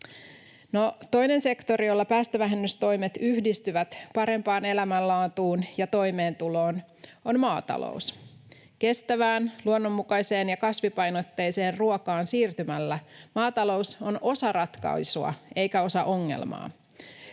toinen sektori, jolla päästövähennystoimet yhdistyvät parempaan elämänlaatuun ja toimeentuloon, on maatalous. Kestävään, luonnonmukaiseen ja kasvipainotteiseen ruokaan siirtymällä maatalous on osa ratkaisua eikä osa ongelmaa.